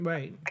Right